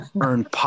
earn